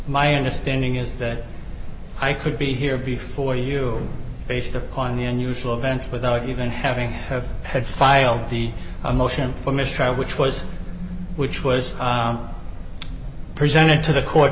my understanding is that i could be here before you based upon the unusual events without even having have had filed the motion for mistrial which was which was presented to the court